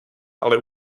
ale